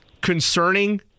concerning